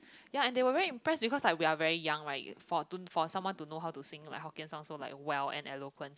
ya and they were very impressed because like we're very young right for to for someone to know how to sing like Hokkien song so like well and eloquent